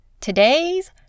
Today's